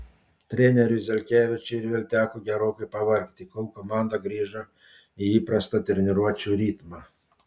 treneriui zelkevičiui ir vėl teko gerokai pavargti kol komanda grįžo į įprastą treniruočių ritmą